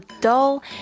dull